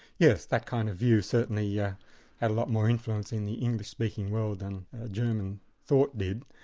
yes, that kind of view certainly yeah had a lot more influence in the english-speaking world than german thought did.